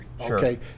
okay